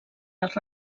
als